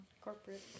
corporate